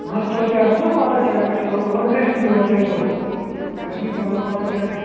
نہ حض تۄہہِ تہِ آسوٕنا پَتہ کیاہ کیاہ چھُ لَگَان مطلَب ڈریسِنٛگٕے یوت چھِ اسہِ ضروٗرت مےٚ چھنہٕ پانہٕ پتہ کیاہ کیاہ چھُ